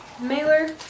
Mailer